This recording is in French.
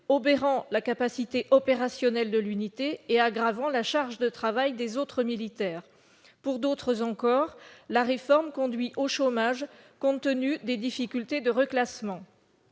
obérant la capacité opérationnelle de l'unité et aggravant la charge de travail des autres militaires. Pour d'autres encore, la réforme conduit au chômage, compte tenu des difficultés de reclassement.